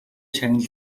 шагнал